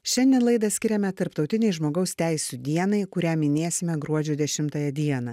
šiandien laidą skiriame tarptautinei žmogaus teisių dienai kurią minėsime gruodžio dešimtąją dieną